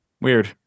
Weird